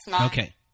Okay